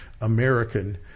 American